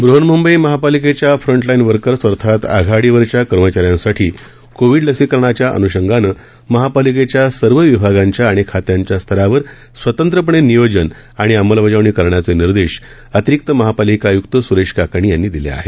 बहन्मुंबई महापालिकेच्या frontline workers अर्थात आघाडीवरच्या कर्मचाऱ्यांसाठी कोविड लसीकरणाच्या अनुषंगानं महापालिकेच्या सर्व विभागांच्या आणि खात्यांच्या स्तरावर स्वतंत्रपणे नियोजन आणि अंमलबजावणी करण्याचे निर्देश अतिरिक्त महापालिका आय्क्त सुरेश काकाणी यांनी दिले आहेत